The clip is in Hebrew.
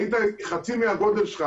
היית חצי מהגודל שלך.